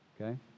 okay